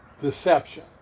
deception